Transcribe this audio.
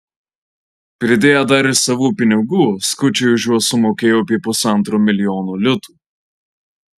pridėję dar ir savų pinigų skučai už juos sumokėjo apie pusantro milijono litų